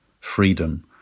freedom